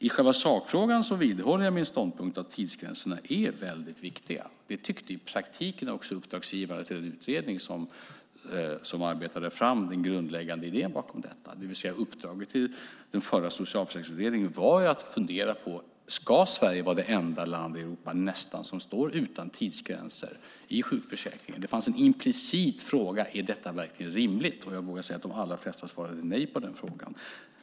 I själva sakfrågan vidhåller jag min ståndpunkt att tidsgränserna är väldigt viktiga. Det tyckte i praktiken också uppdragsgivaren till den utredning som arbetade fram den grundläggande idén bakom detta. Uppdraget till den förra socialförsäkringsutredningen var ju att fundera på om Sverige ska vara nästan det enda land i Europa som står utan tidsgränser i sjukförsäkringen. Det fanns en implicit fråga om detta verkligen är rimligt. Jag vågar säga att de allra flesta svarade nej på den frågan.